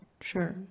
Sure